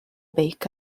beic